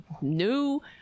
new